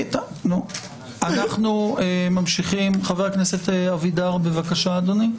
חבר הכנסת אבידר, בבקשה, אדוני.